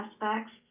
aspects